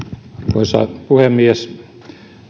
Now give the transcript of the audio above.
arvoisa puhemies